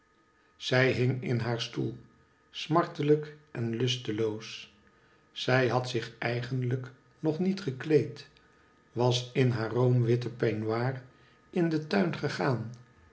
zij hing in haar stoel smartelijk en lusteloos zij had zich eigenlijk nog niet gekleed was in haar roomwitten peignoir in den tuin gegaan